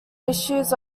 issues